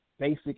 basic